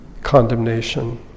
condemnation